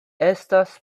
estas